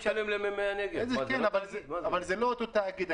זה לא אותו תאגיד.